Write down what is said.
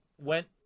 went